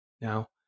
Now